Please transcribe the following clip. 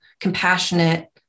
compassionate